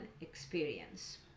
experience